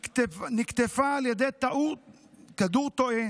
נקטפה על ידי כדור תועה